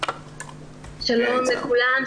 שלום לכולן.